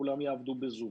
כולם יעבוד בזום.